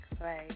right